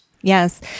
Yes